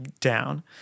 down